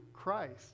Christ